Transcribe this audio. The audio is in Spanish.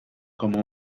como